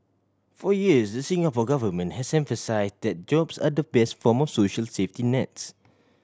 for years the Singapore Government has emphasise that jobs are the best form of social safety nets